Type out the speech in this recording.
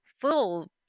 full